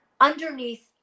Underneath